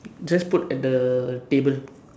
just put at the table